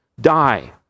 die